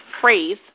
phrase